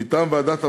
מטעם ועדת המדע,